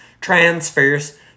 transfers